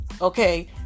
okay